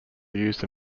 used